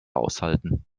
aushalten